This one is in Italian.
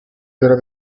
della